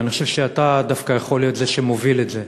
ואני חושב שאתה דווקא יכול להיות זה שמוביל את זה,